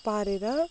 पारेर